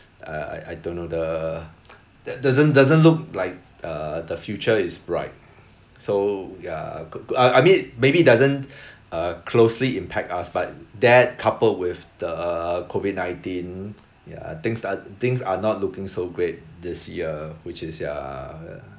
I I I don't know the th~ doesn't doesn't look like err the future is bright so ya cou~ cou~ I I mean maybe it doesn't uh closely impact us but that coupled with the COVID nineteen ya things are things are not looking so great this year which is ya